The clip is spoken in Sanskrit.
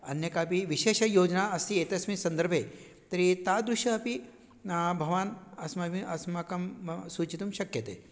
अन्या कापि विशेषयोजना अस्ति एतस्मिन् सन्दर्भे तर्हि तादृशः अपि भवान् अस्माभिः अस्मान् सूचितुं शक्यते